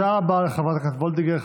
תודה רבה לחברת הכנסת וולדיגר.